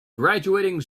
graduating